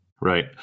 Right